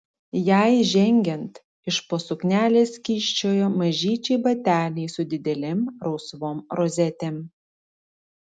jai žengiant iš po suknelės kyščiojo mažyčiai bateliai su didelėm rausvom rozetėm